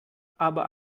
aber